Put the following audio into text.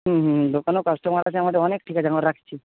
হুম হুম হুম দোকানেও কাস্টমার আছে আমাদের অনেক ঠিক আছে এখন রাখছি